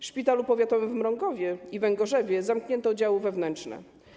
W szpitalach powiatowych w Mrągowie i Węgorzewie zamknięto oddziały wewnętrzne.